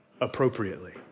appropriately